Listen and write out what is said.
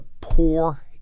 poor